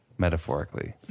Metaphorically